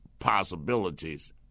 possibilities